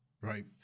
right